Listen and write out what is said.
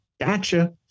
Gotcha